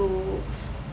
to